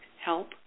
help